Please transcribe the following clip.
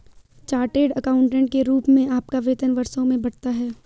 chartered accountant के रूप में आपका वेतन वर्षों में बढ़ता है